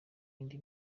indi